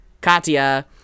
Katya